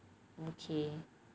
okay